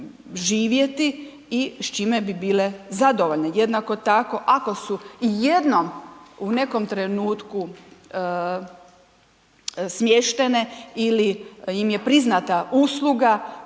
živjeti i s čime bi bile zadovoljne. Jednako tako, ako su i jednom u nekom trenutku smještene ili im je priznata usluga